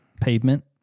pavement